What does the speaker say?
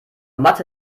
mathe